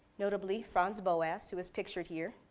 notably franz boas who is pictured here,